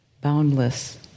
boundless